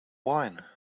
wine